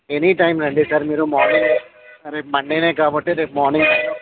any time రండి sir మీరు morning రేపు మండేనే కాబట్టి మార్నింగ్ నైన్ ఓ క్లాక్కి వస్తారా